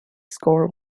score